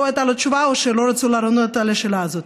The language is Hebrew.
לא הייתה לו תשובה או שלא רצו לענות על השאלה הזאת.